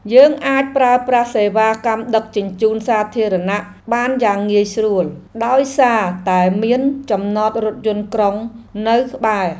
យើងអាចប្រើប្រាស់សេវាកម្មដឹកជញ្ជូនសាធារណៈបានយ៉ាងងាយស្រួល ដោយសារតែមានចំណតរថយន្តក្រុងនៅក្បែរ។